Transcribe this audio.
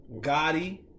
Gotti